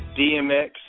DMX